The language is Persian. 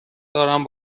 دارم